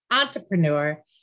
entrepreneur